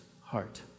heart